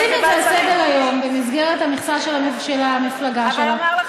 אז תשימי את זה על סדר-היום במסגרת המכסה של המפלגה שלך.